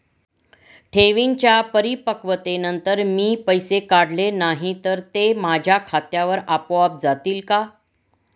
ठेवींच्या परिपक्वतेनंतर मी पैसे काढले नाही तर ते माझ्या खात्यावर आपोआप जातील का?